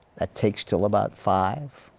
that takes till about five.